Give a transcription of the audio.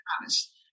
honest